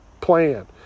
plan